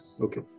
Okay